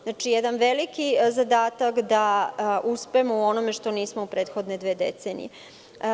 Znači, jedan veliki zadatak da uspemo u onome što nismo u prethodne dve decenije.